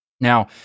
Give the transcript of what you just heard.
Now